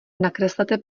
nakreslete